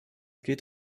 geht